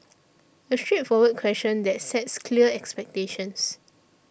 a straightforward question that sets clear expectations